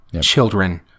children